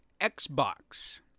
Xbox